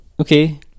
Okay